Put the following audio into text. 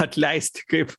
atleisti kaip